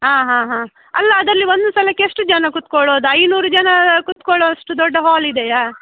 ಆಂ ಹಾಂ ಹಾಂ ಅಲ್ಲ ಅದ್ರಲ್ಲಿ ಒಂದು ಸಲಕ್ಕೆ ಎಷ್ಟು ಜನ ಕೂತ್ಕೊಳ್ಳೋದು ಐನೂರು ಜನ ಕೂತ್ಕೊಳ್ಳೋಷ್ಟು ದೊಡ್ದ ಹಾಲ್ ಇದೆಯಾ